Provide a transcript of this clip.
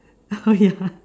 oh ya